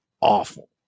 Awful